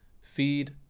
feed